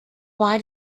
why